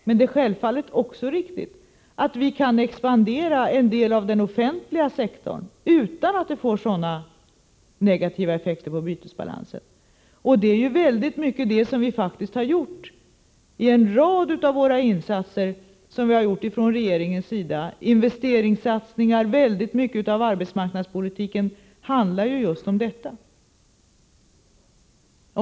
Men det är självfallet också riktigt att vi kan expandera en del av den offentliga sektorn utan att det får sådana negativa effekter på bytesbalansen. Det är mycket det som vi faktiskt har gjort i en rad av insatserna från regeringens sida. Investeringssatsningarna och mycket av arbetsmarknadspolitiken handlar om just detta.